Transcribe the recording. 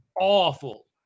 awful